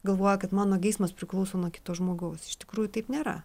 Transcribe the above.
galvoja kad mano geismas priklauso nuo kito žmogaus iš tikrųjų taip nėra